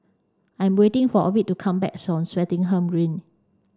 I'm waiting for Ovid to come back soon Swettenham Green